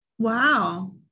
Wow